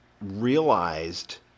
realized